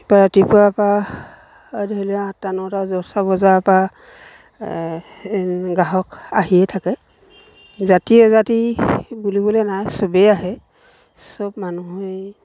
ৰাতিপুৱাৰপৰা ধৰি লোৱা আঠটা নটা দহটা বজাৰপৰা গ্ৰাহক আহিয়ে থাকে জাতি অজাতি বুলিবলৈ নাই চবেই আহে চব মানুহেই